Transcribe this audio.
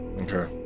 Okay